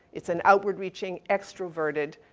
it's an outward reaching, extroverted